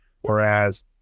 Whereas